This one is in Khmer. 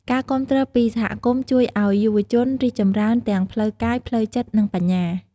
ការគាំទ្រពីសហគមន៍ជួយ ឱ្យយុវជនរីកចម្រើន ទាំងផ្លូវកាយ ផ្លូវចិត្ត និងបញ្ញា។